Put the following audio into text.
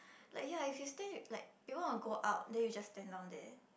like ya if you stay like people want to go out then you just stand down there